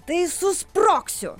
tai susprogsiu